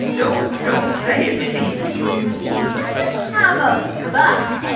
don't don't say it, mindy so since he doesn't have a butt.